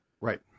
Right